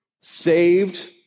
saved